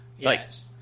Yes